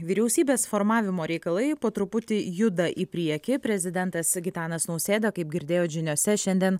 vyriausybės formavimo reikalai po truputį juda į priekį prezidentas gitanas nausėda kaip girdėjot žiniose šiandien